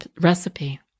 recipe